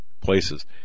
places